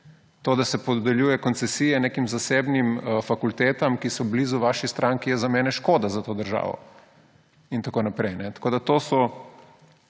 To, da se podeljuje koncesije nekim zasebnim fakultetam, ki so blizu vaši stranki, je za mene škoda za to državo. In tako naprej. Tako da to so